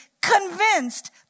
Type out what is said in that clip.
convinced